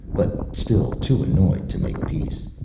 but still too annoyed to make peace.